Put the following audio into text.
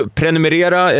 prenumerera